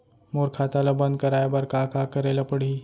मोर खाता ल बन्द कराये बर का का करे ल पड़ही?